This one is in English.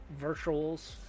virtuals